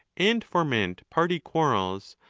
and foment party quarrels,